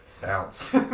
Bounce